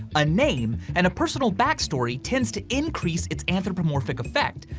a name and a personal backstory tends to increase its anthropomorphic effect,